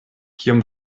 kiom